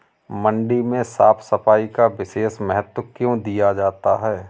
मंडी में साफ सफाई का विशेष महत्व क्यो दिया जाता है?